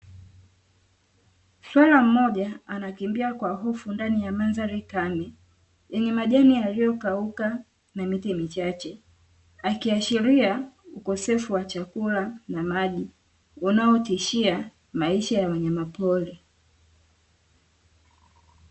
Swala mmoja anakimbia kwa hofu ndani ya mandhari kame yenye majani yaliyokauka na miti michache, akiashiria ukosefu wa chakula na maji unaotishia maisha ya wanyama pori.